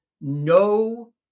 no